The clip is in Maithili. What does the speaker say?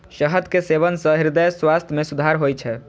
शहद के सेवन सं हृदय स्वास्थ्य मे सुधार होइ छै